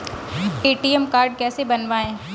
ATM card कैसे बनवाएँ?